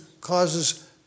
causes